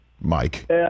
Mike